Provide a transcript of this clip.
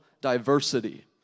diversity